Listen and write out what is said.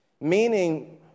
Meaning